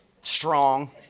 strong